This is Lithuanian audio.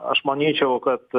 aš manyčiau kad